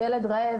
ילד רעב,